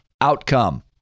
outcome